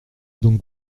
donc